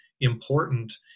important